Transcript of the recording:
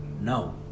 No